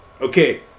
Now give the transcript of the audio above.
Okay